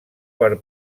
per